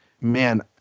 man